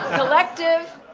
collective,